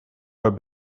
her